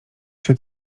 czy